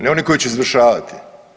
Ne oni koji će izvršavati.